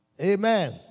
Amen